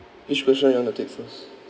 which question you want to take first